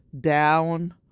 down